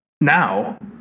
Now